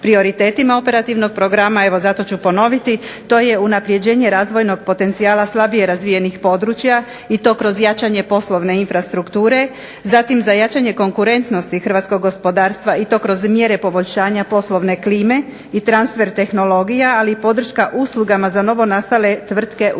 prioritetima operativnog programa to je unapređenje razvojnog potencijala slabije razvijenih područja i to kroz jačanje poslovne infrastrukture, zatim za jačanje konkurentnosti Hrvatskog gospodarstva i to kroz mjere poboljšanja poslovne klime i transfer tehnologija ali i podrška uslugama za novonastale tvrtke utemeljene